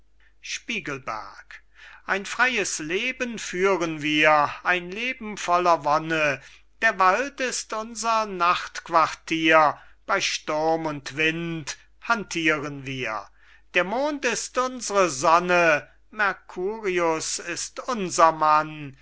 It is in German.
seyn ein freyes leben führen wir ein leben voller wonne der wald ist unser nachtquartier bey sturm und wind handthieren wir der mond ist unsre sonne merkurius ist unser mann